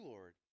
Lord